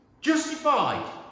justified